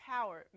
power